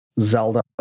zelda